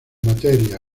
materia